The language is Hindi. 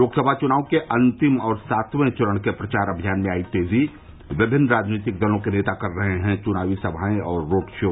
लोकसभा चुनाव के अंतिम और सातवें चरण के प्रचार अभियान में आई तेजी विभिन्न राजनीतिक दलों के नेता कर रहे हैं चुनावी सभाएं और रोड शो